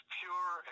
pure